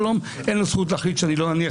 שלום אין לו זכות להחליט שאני לא אניח